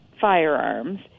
firearms